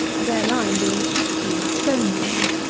their lime being excellent stone-lime.